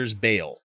bail